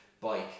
bike